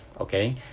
okay